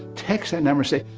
text that number, say,